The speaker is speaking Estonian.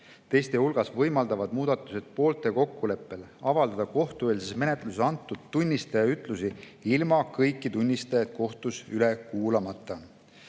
Teiste hulgas võimaldavad muudatused poolte kokkuleppel avaldada kohtueelses menetluses antud tunnistaja ütlusi ilma kõiki tunnistajaid kohtus üle kuulamata.